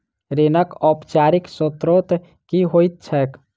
ऋणक औपचारिक स्त्रोत की होइत छैक?